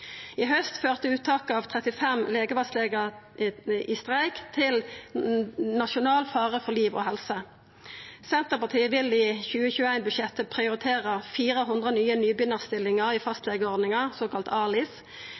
I haust førte uttaket av 35 legevaktslegar i streik til nasjonal fare for liv og helse. Senterpartiet vil i 2021-budsjettet prioritera 400 nye nybegynnarstillingar i fastlegeordninga, såkalla ALIS.